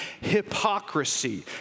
hypocrisy